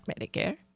Medicare